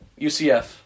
UCF